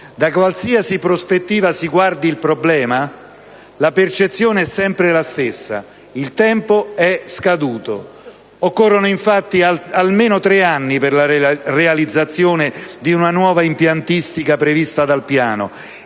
Da qualsiasi prospettiva si guardi al problema, la percezione è sempre la stessa: il tempo è scaduto. Occorrono, infatti, almeno tre anni per la realizzazione di una nuova impiantistica prevista dal Piano